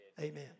amen